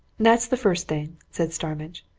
that's the first thing, said starmidge.